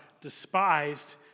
despised